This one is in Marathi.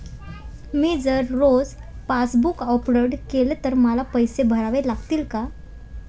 मी जर रोज पासबूक अपडेट केले तर मला पैसे भरावे लागतील का?